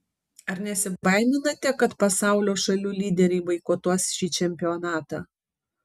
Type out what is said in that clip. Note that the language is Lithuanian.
ar nesibaiminate kad pasaulio šalių lyderiai boikotuos šį čempionatą